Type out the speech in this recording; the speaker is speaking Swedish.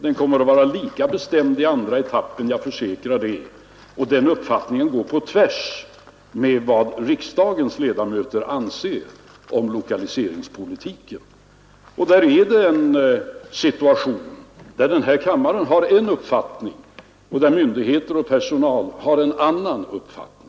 Den kommer att vara lika bestämd i andra etappen, jag försäkrar det, och den uppfattningen går på tvärs med vad riksdagens ledamöter anser om lokaliseringspolitiken. Här råder en situation där denna kammare har en uppfattning och myndigheter och personal har en annan.